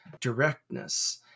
directness